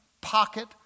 pocket